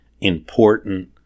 important